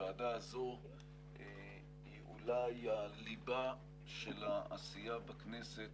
הוועדה הזו היא אולי הליבה של העשייה בכנסת,